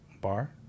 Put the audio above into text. bar